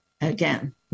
again